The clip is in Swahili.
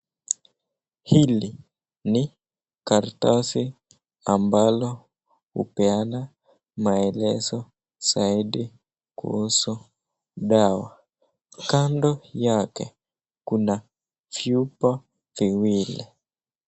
Hili ni karatasi ambolo upeana maelezo zaidi kuhusu dawa, kando yake kuna vyupa viwili.